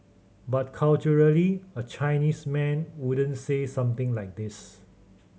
but culturally a Chinese man wouldn't say something like this